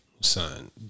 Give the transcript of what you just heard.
Son